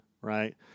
right